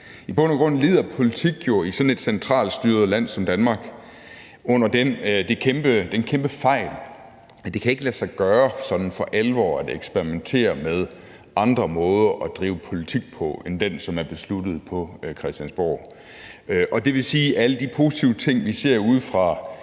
I bund og grund lider politik jo i sådan et centralt styret land som Danmark under den kæmpe fejl, at det ikke kan lade sig gøre sådan for alvor at eksperimentere med andre måder at drive politik på end den, som er besluttet på Christiansborg. Det vil sige, at alle de positive ting, vi ser ude